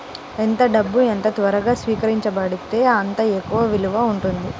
ఎంత డబ్బు ఎంత త్వరగా స్వీకరించబడితే అంత ఎక్కువ విలువ ఉంటుంది